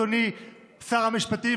אדוני שר המשפטים,